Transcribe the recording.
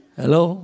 hello